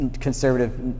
conservative